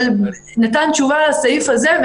אבל נתן תשובה לסעיף הזה.